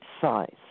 size